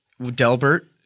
Delbert